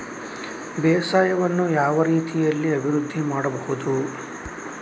ಬೇಸಾಯವನ್ನು ಯಾವ ರೀತಿಯಲ್ಲಿ ಅಭಿವೃದ್ಧಿ ಮಾಡಬಹುದು?